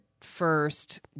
first